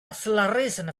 acceleration